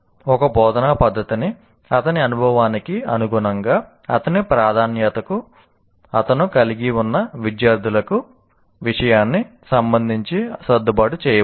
ఒక బోధనా పద్ధతిని అతని అనుభవానికి అనుగుణంగా అతని ప్రాధాన్యతకు అతను కలిగి ఉన్న విద్యార్థులకు విషయానికి సంబంధించి సర్దుబాటు చేయవచ్చు